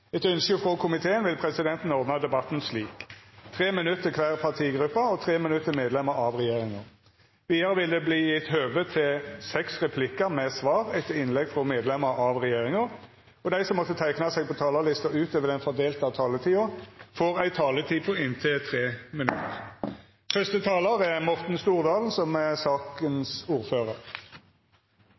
Etter ønske fra transport- og kommunikasjonskomiteen vil presidenten ordne debatten slik: 3 minutter til hver partigruppe og 3 minutter til medlemmer av regjeringen. Videre vil det bli gitt anledning til seks replikker med svar etter innlegg fra medlemmer av regjeringen, og de som måtte tegne seg på talerlisten utover den fordelte taletid, får også en taletid på inntil 3 minutter. Først vil jeg takke komiteen for samarbeidet. Dette er et representantforslag som er